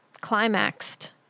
climaxed